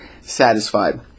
satisfied